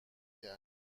کرد